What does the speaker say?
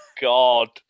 God